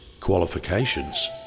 qualifications